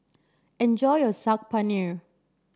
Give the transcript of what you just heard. enjoy your Saag Paneer